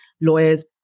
lawyers